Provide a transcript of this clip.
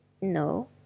No